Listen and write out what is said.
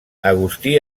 agustí